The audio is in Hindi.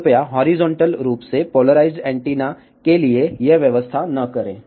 कृपया हॉरिजॉन्टल रूप से पोलराइज्ड एंटीना के लिए यह व्यवस्था न करें